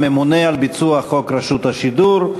הממונה על ביצוע חוק רשות השידור,